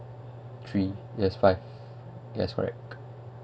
three yes five yes correct